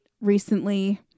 recently